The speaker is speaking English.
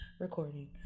recording